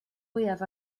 fwyaf